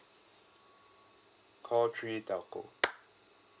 call three telco